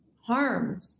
harmed